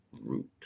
root